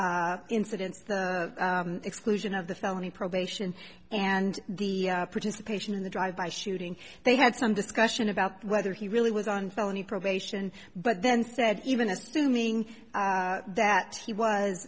incidents the exclusion of the felony probation and the participation in the drive by shooting they had some discussion about whether he really was on felony probation but then said even assuming that he was